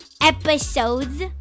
episodes